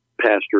pastor